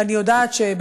ואני יודעת,